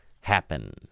happen